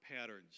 patterns